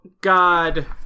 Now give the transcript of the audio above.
God